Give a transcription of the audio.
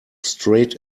straight